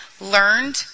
learned